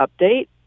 update